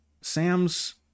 Sam's